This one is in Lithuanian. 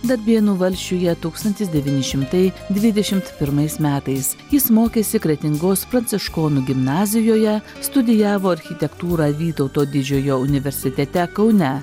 darbėnų valsčiuje tūkstantis devyni šimtai dvidešim pirmais metais jis mokėsi kretingos pranciškonų gimnazijoje studijavo architektūrą vytauto didžiojo universitete kaune